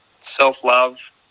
self-love